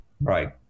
Right